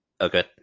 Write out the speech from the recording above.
Okay